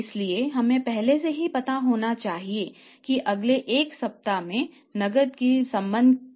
इसलिए हमें पहले से पता होना चाहिए कि अगले 1 सप्ताह में नकदी के संबंध में क्या होने वाला है